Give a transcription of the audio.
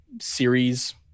series